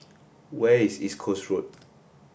where is East Coast Road